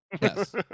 Yes